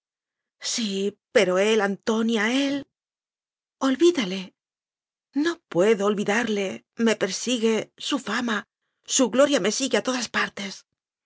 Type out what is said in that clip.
sí pero él antonia él olvídale no puedo olvidarle me persigue su fama su gloria me sigue a todas partes